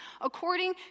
according